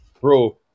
bro